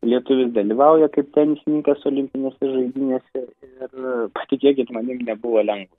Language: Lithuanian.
lietuvis dalyvauja kaip tenisininkas olimpinėse žaidynėse ir patikėkit manim nebuvo lengva